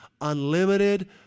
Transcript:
unlimited